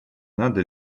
надо